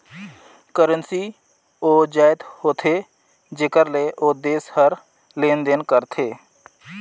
currency ओ जाएत होथे जेकर ले ओ देस हर लेन देन करथे